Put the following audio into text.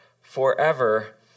forever